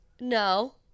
no